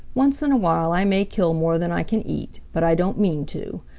once in a while i may kill more than i can eat, but i don't mean to.